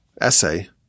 essay